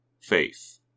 faith